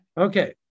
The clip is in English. Okay